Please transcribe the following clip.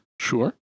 Sure